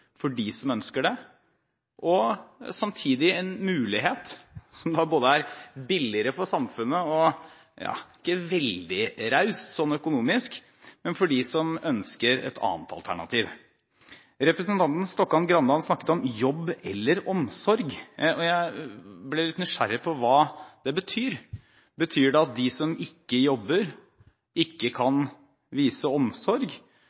samtidig en mulighet som både er billigere for samfunnet og ikke veldig raust økonomisk for dem som ønsker et annet alternativ. Representanten Arild Grande snakket om jobb eller omsorg, og jeg ble litt nysgjerrig på hva det betyr. Betyr det at de som ikke jobber, ikke kan vise omsorg?